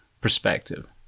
perspective